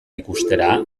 ikustera